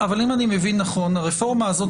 אבל אם אני מבין נכון הרפורמה הזאת